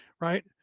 Right